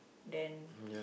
then s~